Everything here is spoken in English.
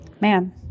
Man